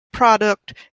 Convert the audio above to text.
product